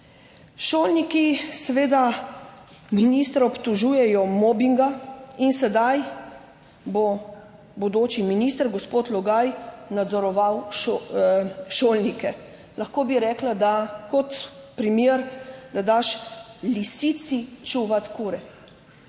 Šolniki seveda ministra obtožujejo mobinga, in sedaj bo bodoči minister, gospod Logaj nadzoroval šolnike. Lahko bi rekla, da kot primer, da daš lisici čuvati kure.